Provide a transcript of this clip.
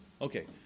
okay